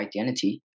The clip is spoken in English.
identity